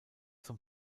zum